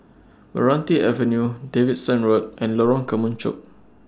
Meranti Avenue Davidson Road and Lorong Kemunchup